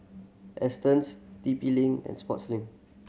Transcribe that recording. Astons T P Link and Sportslink